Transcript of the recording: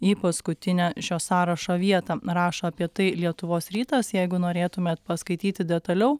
į paskutinę šio sąrašo vietą rašo apie tai lietuvos rytas jeigu norėtumėt paskaityti detaliau